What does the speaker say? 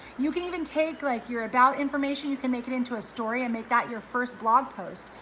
you can even take like your about information, you can make it into a story and make that your first blog post.